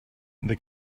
they